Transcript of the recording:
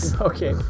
Okay